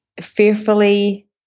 fearfully